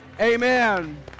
Amen